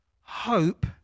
hope